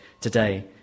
today